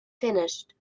finished